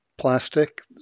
plastic